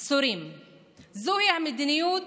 זוהי המדיניות